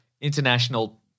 international –